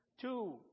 Two